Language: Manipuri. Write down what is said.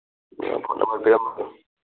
ꯑ ꯐꯣꯟ ꯅꯝꯕꯔ ꯄꯤꯔꯝꯕꯗꯣ